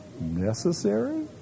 Necessary